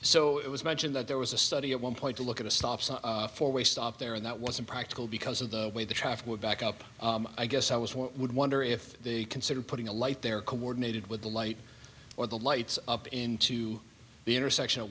so it was mentioned that there was a study at one point to look at a stop sign four way stop there and that was impractical because of the way the traffic would back up i guess i was one would wonder if they considered putting a light there coordinated with the light or the lights up into the intersection of